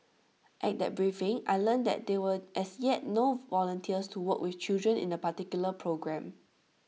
at that briefing I learnt that there were as yet no volunteers to work with children in A particular programme